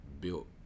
built